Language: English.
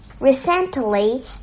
Recently